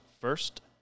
first